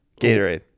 Gatorade